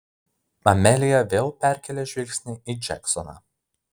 amelija vėl perkėlė žvilgsnį į džeksoną